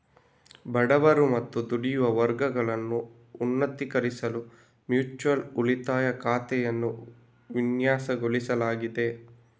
ಬಡವರು ಮತ್ತು ದುಡಿಯುವ ವರ್ಗಗಳನ್ನು ಉನ್ನತೀಕರಿಸಲು ಮ್ಯೂಚುಯಲ್ ಉಳಿತಾಯ ಖಾತೆಯನ್ನು ವಿನ್ಯಾಸಗೊಳಿಸಲಾಗಿದೆ